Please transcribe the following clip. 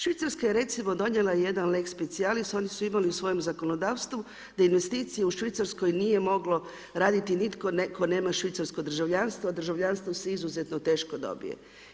Švicarska je recimo donijela jedan lex specialis, oni su imali u svojem zakonodavstvu da investicije u Švicarskoj nije mogao raditi nitko tko nema švicarsko državljanstvo a državljanstvo je izuzetno teško dobije.